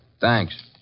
Thanks